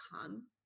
come